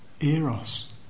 eros